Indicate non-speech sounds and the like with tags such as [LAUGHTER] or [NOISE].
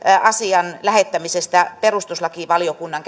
asian lähettämisestä perustuslakivaliokunnan [UNINTELLIGIBLE]